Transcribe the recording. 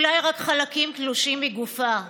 אולי רק חלקים תלושים מגופה,